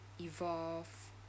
evolve